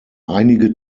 einige